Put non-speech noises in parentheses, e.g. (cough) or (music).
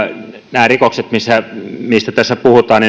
nämä rikokset mistä mistä tässä puhutaan (unintelligible)